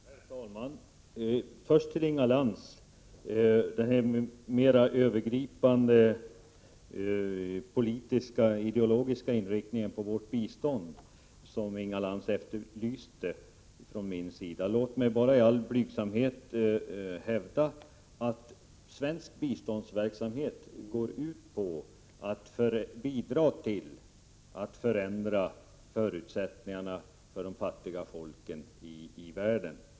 Herr talman! Jag vänder mig först till Inga Lantz, som efterlyste en mer övergripande politisk-ideologisk inriktning av vårt bistånd. Låt mig bara i all blygsamhet hävda att svensk biståndsverksamhet går ut på att bidra till att förändra förutsättningarna för de fattiga folken i världen.